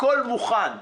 הכול, הכול מוכן.